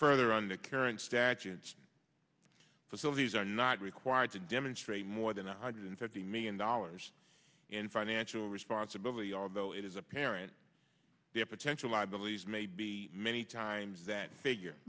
further on the current statutes facilities are not required to demonstrate more than one hundred fifty million dollars in financial responsibility although it is apparent their protection liabilities may be many times that figure